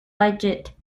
budget